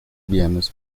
bienes